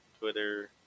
twitter